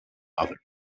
others